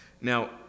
Now